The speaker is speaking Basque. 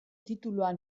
titulua